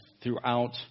throughout